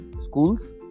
schools